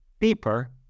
paper